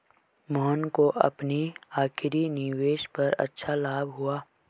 मोहन को अपनी आखिरी निवेश पर अच्छा लाभ हुआ